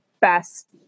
best